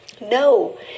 No